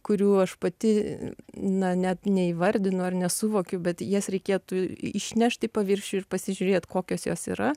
kurių aš pati na net neįvardinu ar nesuvokiu bet jas reikėtų išnešt į paviršių ir pasižiūrėt kokios jos yra